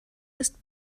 ist